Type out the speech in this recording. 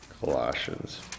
Colossians